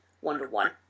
one-to-one